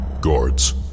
Guards